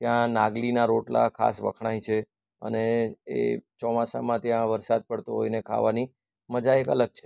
ત્યા નાગલીના રોટલા ખાસ વખણાય છે અને એ ચોમાસામાં ત્યાં વરસાદ પડતો હોય ને ખાવાની મજા એક અલગ છે